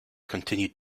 continued